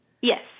Yes